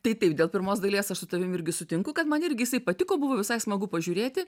tai taip dėl pirmos dalies aš su tavim irgi sutinku kad man irgi jisai patiko buvo visai smagu pažiūrėti